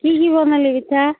কি কি বনালি পিঠা